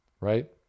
right